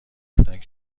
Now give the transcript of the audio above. گفتند